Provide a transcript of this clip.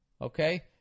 okay